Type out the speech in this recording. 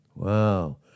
Wow